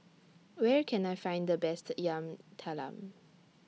Where Can I Find The Best Yam Talam